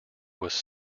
was